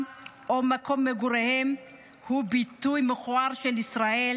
או מקום מגוריהם הוא ביטוי מכוער של ישראל